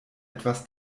etwas